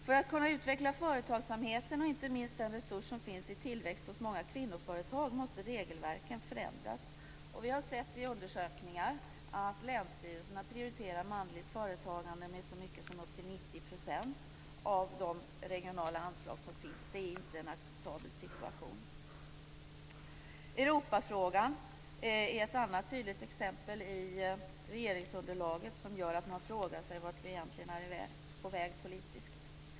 För att kunna utveckla företagsamheten och inte minst den resurs som finns i tillväxt hos många kvinnoföretag måste regelverken förändras. Vi har sett i undersökningar att länsstyrelserna prioriterar manligt företagande med så mycket som upp till 90 % av de regionala anslag som finns. Det är inte en acceptabel situation. Europafrågan är ett annat tydligt exempel i regeringsunderlaget som gör att man frågar sig vart vi egentligen är på väg politiskt.